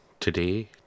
Today